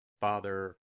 Father